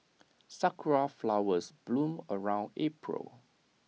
Sakura Flowers bloom around April